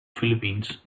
philippines